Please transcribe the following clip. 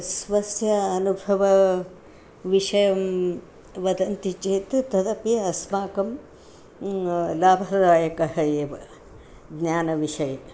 स्वस्य अनुभवविषयं वदन्ति चेत् तदपि अस्माकं लाभदायकः एव ज्ञानविषये